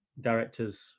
directors